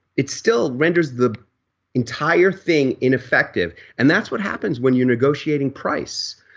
it still renders the entire thing ineffective and that's what happens when you're negotiating price.